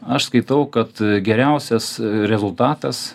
aš skaitau kad geriausias rezultatas